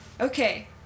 Okay